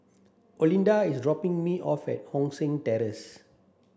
Olinda is dropping me off at Hong San Terrace